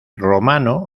romano